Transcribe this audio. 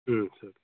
ம் சரி